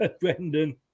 Brendan